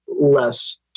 less